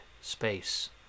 space